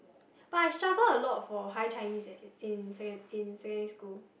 but I struggle for a lot for higher Chinese eh in in secon~ in secondary school